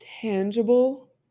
tangible